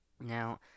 Now